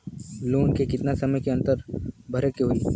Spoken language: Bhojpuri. लोन के कितना समय के अंदर भरे के होई?